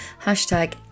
Hashtag